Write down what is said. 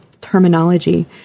terminology